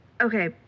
Okay